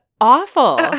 awful